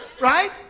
right